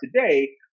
today